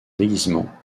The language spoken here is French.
déguisement